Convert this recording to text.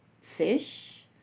Fish